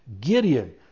Gideon